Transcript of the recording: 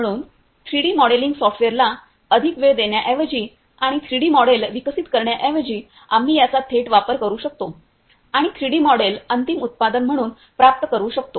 म्हणून 3 D modelling सॉफ्टवेअरला अधिक वेळ देण्याऐवजी आणि 3 डी मॉडेल विकसित करण्याऐवजी आम्ही याचा थेट वापर करू शकतो आणि 3 डी मॉडेल अंतिम उत्पादन म्हणून प्राप्त करू शकतो